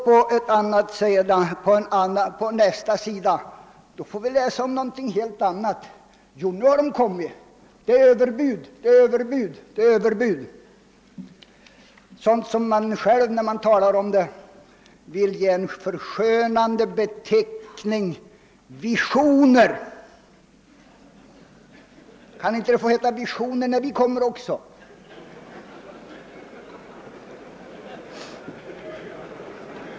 På den andra sidan får vi höra någonting helt annat: »Ja, nu har de kommit med sina förslag; det är överbud, Ööverbud, överbud!» När man själv för fram liknande saker ger man dem däremot den förskönande beteckningen »visioner». Kan det inte få heta visioner också hos oss?